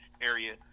area